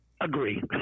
Agree